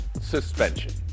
suspension